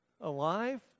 alive